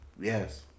Yes